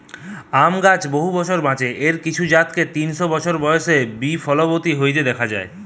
আম গাছ বহু বছর বাঁচে, এর কিছু জাতকে তিনশ বছর বয়সে বি ফলবতী হইতে দিখা যায়